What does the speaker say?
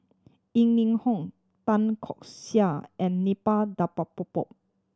Yeo Ning Hong Tan Keong Saik and Suppiah Dhanabalan